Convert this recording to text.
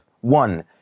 One